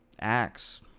acts